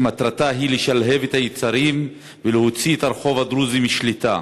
שמטרתה לשלהב את היצרים ולהוציא את הרחוב הדרוזי משליטה.